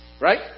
right